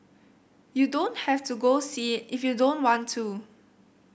you don't have to go see it if you don't want to